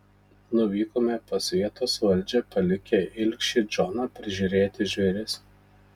nuvykome pas vietos valdžią palikę ilgšį džoną prižiūrėti žvėris